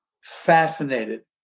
fascinated